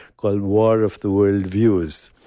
called war of the worldviews.